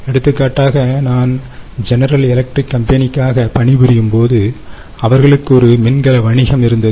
எடுத்துக்காட்டாக நான் General Electric கம்பெனிக்காக பணிபுரியும் போது அவர்களுக்கு ஒரு மின்கல வணிகம் இருந்தது